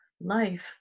life